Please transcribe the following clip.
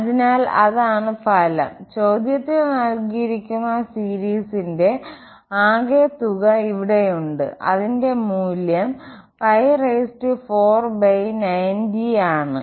അതിനാൽ അതാണ് ഫലം ചോദ്യത്തിൽ നൽകിയിരിക്കുന്ന സീരീസിന്റെ ആകെത്തുക ഇവിടെയുണ്ട് അതിന്റെ മൂല്യം 490 ആണ്